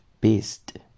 best